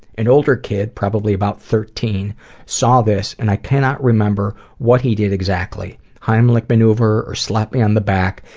and older kid, probably about thirteen saw this, and i cannot remember what he did exactly. heimlich maneuver or slap me on the back.